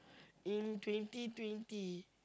in twenty twenty